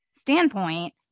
standpoint